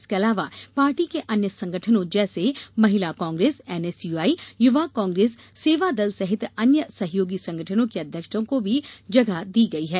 इसके अलावा पार्टी के अन्य संगठनों जैसे महिला कांग्रेस एनएसयूआई यूवा कांग्रेस सेवा दल सहित अन्य सहयोगी संगठनों के अध्यक्षों को भी जगह दी गई है